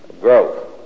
Growth